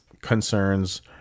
concerns